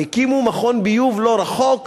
הקימו מכון ביוב לא רחוק,